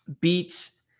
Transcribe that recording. beats